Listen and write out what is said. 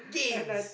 gains